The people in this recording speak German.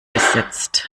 besitzt